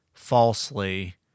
Falsely